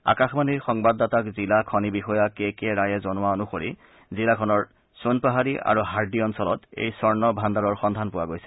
আকাশবাণীৰ সংবাদদাতাক জিলা খনি বিষয়া কে কে ৰায়ে জনোৱা অনুসৰি জিলাখনৰ সোণপাহাডী আৰু হাৰ্ডি অঞ্চলত এই স্বৰ্ণ ভাণ্ডাৰৰ সন্ধান পোৱা গৈছে